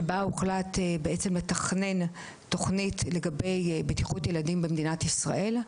שבה הוחלט בעצם לתכנן תוכנית לגבי בטיחות ילדים במדינת ישראל,